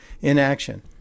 inaction